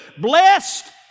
Blessed